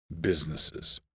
businesses